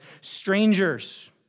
strangers